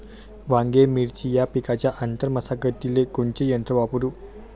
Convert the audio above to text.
वांगे, मिरची या पिकाच्या आंतर मशागतीले कोनचे यंत्र वापरू?